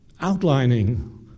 outlining